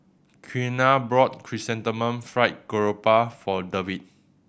Quiana brought Chrysanthemum Fried Garoupa for Dewitt